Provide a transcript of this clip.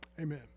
Amen